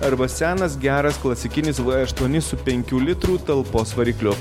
arba senas geras klasikinis v aštuoni su penkių litrų talpos varikliu